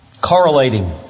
correlating